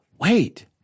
Wait